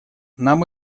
нам